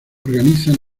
organizan